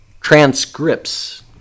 transcripts